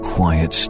Quiet